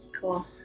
Cool